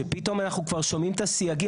שפתאום אנחנו כבר שומעים את הסייגים